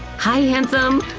hi handsome!